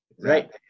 Right